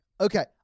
Okay